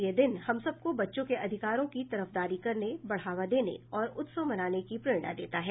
यह दिन हम सबको बच्चों के अधिकारों की तरफदारी करने बढ़ावा देने और उत्सव मनाने की प्रेरणा देता है